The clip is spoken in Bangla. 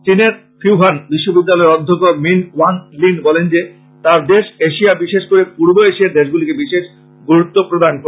চিনের ফিউহান বিশ্ববিদ্যালয়ের অধ্যাপক মিন ওয়াং লিন বলেন যে তার দেশ এশিয়া বিশেষ করে পূর্ব এশিয়ার দেশগুলিকে বিশেষ গুরুত্ব প্রদান করে